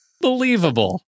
believable